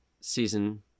season